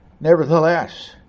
Nevertheless